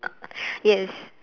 yes